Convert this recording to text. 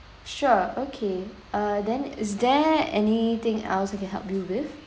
sure okay uh then is there anything else I can help you with